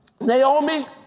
Naomi